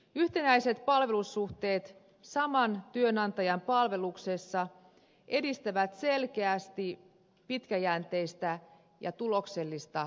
yhtenäiset palvelussuhteet saman työnantajan palveluksessa edistävät selkeästi pitkäjänteistä ja tuloksellista tutkijanuraa